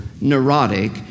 neurotic